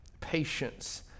patience